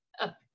up